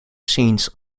scenes